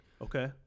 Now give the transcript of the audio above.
okay